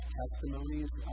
testimonies